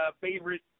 favorite